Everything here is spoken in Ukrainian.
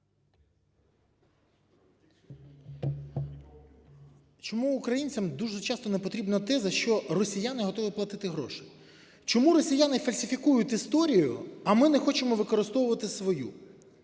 Чому українцям дуже часто не потрібно те, за що росіяни готові платити гроші? Чому росіяни фальсифікують історію, а ми не хочемо використовувати свою?